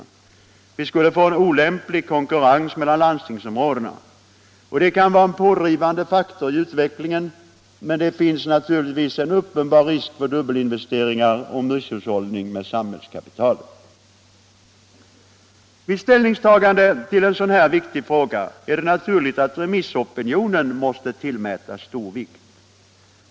Vi skulle få en olämplig konkurrens mellan landstingsområdena. Detta kan vara en pådrivande faktor i utvecklingen, men det finns naturligtvis en uppenbar risk för dubbelinvesteringar och misshushållning med samhällskapitalet. Vid ställningstagande till en sådan här viktig fråga är det naturligt att remissopinionen måste tillmätas stor vikt.